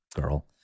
girl